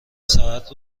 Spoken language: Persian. ساعت